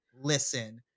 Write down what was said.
Listen